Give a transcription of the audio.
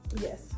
Yes